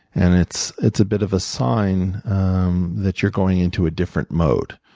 and it's it's a bit of a sign that you're going into a different mode.